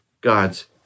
God's